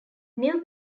new